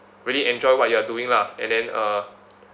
really enjoy what you are doing lah and then uh